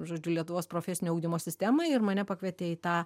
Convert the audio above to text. žodžiu lietuvos profesinio ugdymo sistemai ir mane pakvietė į tą